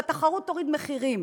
והתחרות תוריד מחירים.